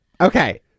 Okay